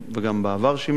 וגם בעבר שימש,